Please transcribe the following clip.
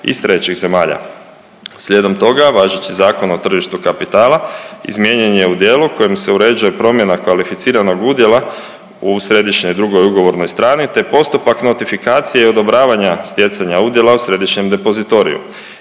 iz trećih zemalja. Slijedom toga, važeći Zakon o tržištu kapitala izmijenjen je u dijelu kojim se uređuje promjena kvalificiranog udjela u središnjoj i drugoj ugovornoj strani te postupak notifikacije i odobravanja stjecanja udjela u središnjem depozitoriju.